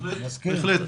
בהחלט.